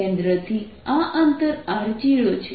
કેન્દ્રથી આ અંતર r0 છે